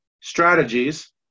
strategies